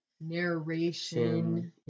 Narration